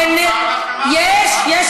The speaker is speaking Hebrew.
החוק הגדיר מה מותר לך ומה אסור לך.